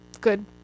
good